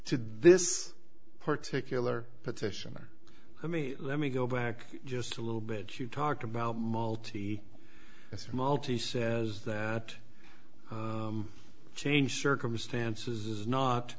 to this particular petitioner i mean let me go back just a little bit you talked about multi multi says that change circumstances is not